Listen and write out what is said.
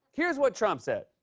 here's what trump said.